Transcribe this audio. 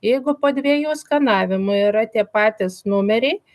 jeigu po dviejų skanavimų yra tie patys numeriai